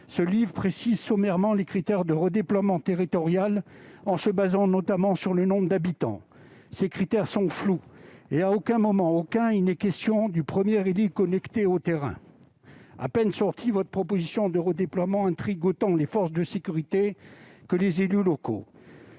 Ce livre précise, sommairement, les critères de redéploiement territorial, notamment en se fondant sur le nombre d'habitants. Ces critères sont flous et à aucun moment, j'y insiste, il n'est question du premier élu connecté au terrain. À peine publiée, votre proposition de redéploiement intrigue autant les forces de sécurité que les élus locaux.